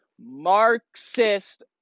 Marxist